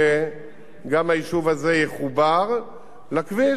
גם היישוב הזה יחובר לכביש שמטרתו להיות